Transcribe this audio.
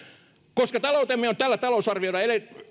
koska taloutemme on tällä talousarviolla